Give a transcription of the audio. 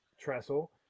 trestle